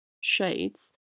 shades